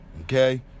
okay